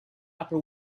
upper